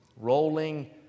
rolling